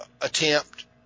attempt